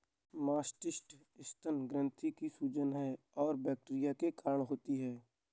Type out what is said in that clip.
mastitis स्तन ग्रंथि की सूजन है और बैक्टीरिया के कारण होती है